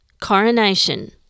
coronation